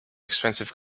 expensive